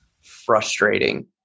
frustrating